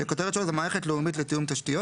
שהכותבת שלו היא: מערכת לאומית לתיאום תשתיות.